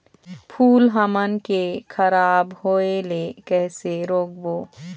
फूल हमन के खराब होए ले कैसे रोकबो?